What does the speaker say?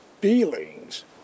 feelings